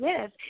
live